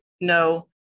no